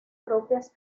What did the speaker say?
propias